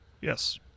Yes